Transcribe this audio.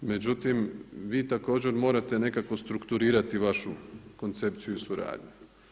Međutim, vi također morate nekako strukturirati vašu koncepciju i suradnju.